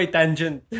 tangent